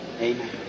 Amen